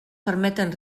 permeten